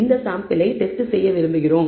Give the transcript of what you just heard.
இந்த சாம்பிளை டெஸ்ட் செய்ய விரும்புகிறோம்